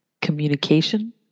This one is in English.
communication